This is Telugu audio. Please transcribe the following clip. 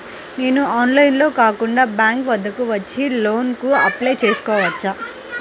నేను ఆన్లైన్లో కాకుండా బ్యాంక్ వద్దకు వచ్చి లోన్ కు అప్లై చేసుకోవచ్చా?